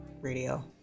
radio